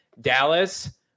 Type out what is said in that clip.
Dallas